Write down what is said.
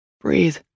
Breathe